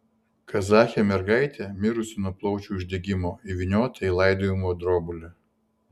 kazachė mergaitė mirusi nuo plaučių uždegimo įvyniota į laidojimo drobulę